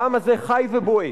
העם הזה חי ובועט.